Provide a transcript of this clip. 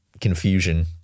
confusion